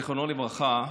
זיכרונו לברכה,